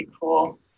cool